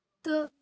تہٕ